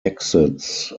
exits